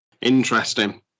Interesting